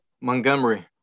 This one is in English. Montgomery